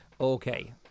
Okay